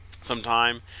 sometime